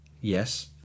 Yes